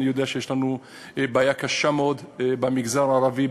אני יודע שיש לנו בעיה קשה מאוד במגזר הערבי,